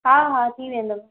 हा हा थी वेंदव